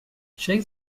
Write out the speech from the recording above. shake